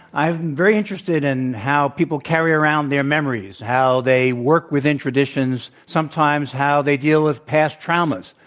i'm very interested in how people carry around their memories, how they work within traditions, sometimes how they deal with past traumas.